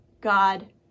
God